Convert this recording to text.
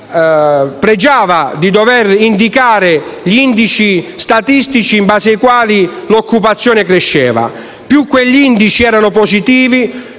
pregiava di indicare gli indici statistici in base ai quali l'occupazione cresceva; più tali indici erano positivi,